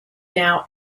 now